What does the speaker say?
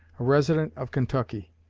a resident of kentucky.